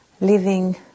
living